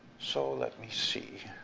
so, let me see.